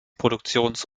produktions